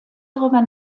darüber